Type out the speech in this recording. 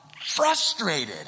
frustrated